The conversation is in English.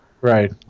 Right